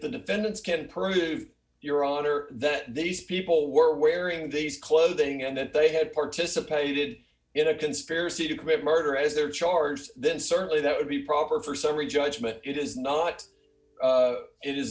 the defendants can prove your honor that these people were wearing these clothing and that they had participated in a conspiracy to commit murder as they are charged then certainly that would be proper for summary judgment it is not it is